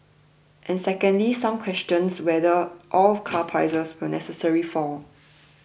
and second some question whether all car prices will necessarily fall